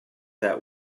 that